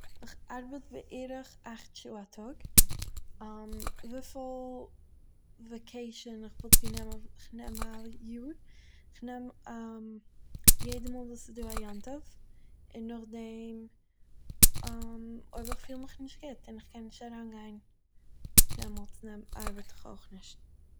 איך ארבעט בערך אכט שעה א טאג, וויפיל וואקעישן איך וואלט גענומען- איך נעם א יאר? איך נעם יעדע מאל וואס ס'איז דא א יום טוב, און נאכדעם אויב איך פיל מיך נישט גוט און איך קען נישט אריינגיין, דעמאלטס נעם- ארבעט איך אויך נישט